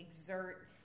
exert